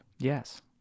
Yes